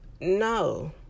No